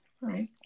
Right